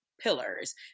Pillars